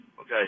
okay